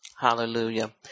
Hallelujah